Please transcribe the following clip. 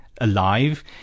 alive